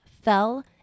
fell